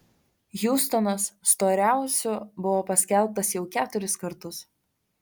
hjustonas storiausiu buvo paskelbtas jau keturis kartus